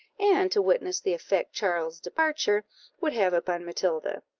and to witness the effect charles's departure would have upon matilda,